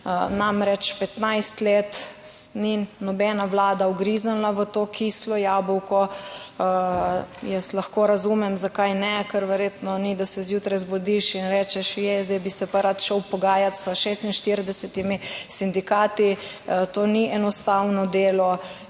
Namreč 15 let ni nobena vlada ugriznila v to kislo jabolko. Jaz lahko razumem, zakaj ne? Ker verjetno ni, da se zjutraj zbudiš in rečeš, je, zdaj bi se pa rad šel pogajat s 46 sindikati. To ni enostavno delo.